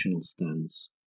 stance